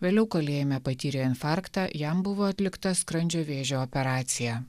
vėliau kalėjime patyrė infarktą jam buvo atlikta skrandžio vėžio operacija